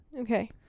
Okay